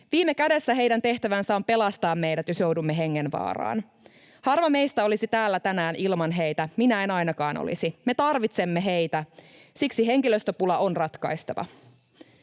Viime kädessä heidän tehtävänsä on pelastaa meidät, jos joudumme hengenvaaraan. Harva meistä olisi täällä tänään ilman heitä — minä en ainakaan olisi. Me tarvitsemme heitä, siksi henkilöstöpula on ratkaistava.